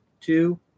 two